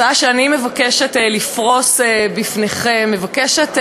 ההצעה שאני מבקשת לפרוס לפניכם מבקשת